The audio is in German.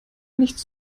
nichts